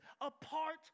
apart